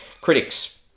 critics